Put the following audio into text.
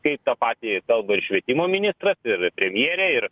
kai tą patį kalba ir švietimo ministras ir premjerė ir